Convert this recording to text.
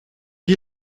dit